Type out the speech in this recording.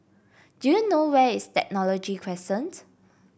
do you know where is Technology Crescent